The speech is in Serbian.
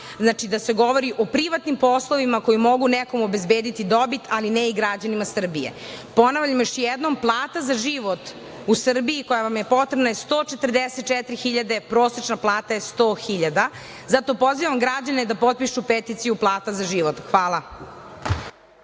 znači da se govori o privatnim poslovima koji mogu nekom obezbediti dobit, ali ne i građanima Srbije. Ponavljam još jednom – plata za život u Srbiji koja vam je potrebna je 144.000, prosečna plata je 100.000. Zato pozivam građane da potpišu peticiju „Plata za život“. Hvala.